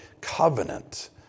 covenant